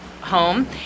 home